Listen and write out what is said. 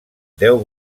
deu